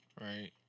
Right